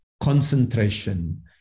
concentration